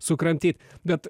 sukramtyt bet